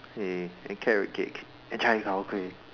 !yay! and carrot cake and cai-tao-kway